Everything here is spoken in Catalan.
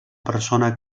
persona